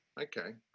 Okay